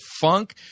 funk